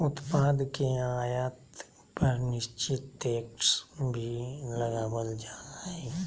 उत्पाद के आयात पर निश्चित टैक्स भी लगावल जा हय